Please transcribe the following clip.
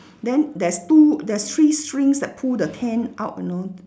then there's two there's three strings that pull the tent out you know